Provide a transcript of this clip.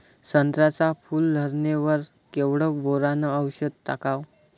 संत्र्याच्या फूल धरणे वर केवढं बोरोंन औषध टाकावं?